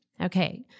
Okay